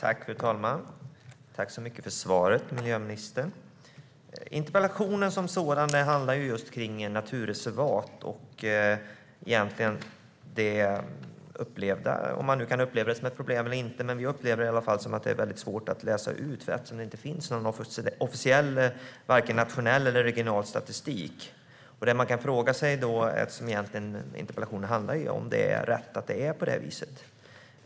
Fru talman! Tack så mycket för svaret, miljöministern! Interpellationen som sådan handlar om naturreservat. Man kan uppleva det som ett problem eller inte. Vi upplever det i varje fall som att det är väldigt svårt att läsa ut hur läget är. Det finns inte någon officiell nationell eller regional statistik. I interpellationen ställer jag frågan om det är rätt att det är på det viset.